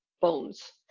bones